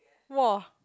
!wah!